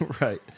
Right